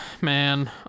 man